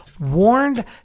Warned